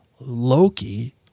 Loki